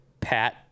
Pat